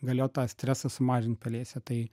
galėjo tą stresą sumažint pelėse tai